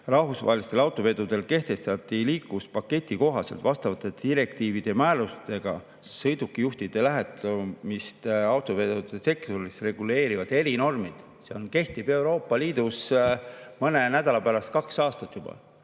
Rahvusvahelistel autovedudel kehtestati liikuvuspaketi kohaselt vastavate direktiivide ja määrustega sõidukijuhtide lähetamist autovedude sektoris reguleerivad erinormid. See kehtib Euroopa Liidus mõne nädala pärast juba kaks aastat.